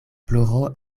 ploro